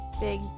big